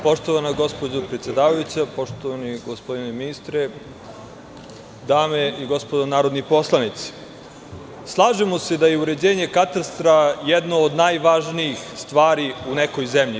Poštovana gospođo predsedavajuća, poštovani gospodine ministre, dame i gospodo narodni poslanici, slažemo se da je uređenje katastra jedna od najvažnijih stvari u nekoj zemlji.